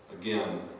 Again